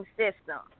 system